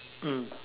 mm